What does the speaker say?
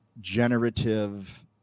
generative